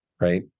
Right